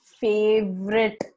favorite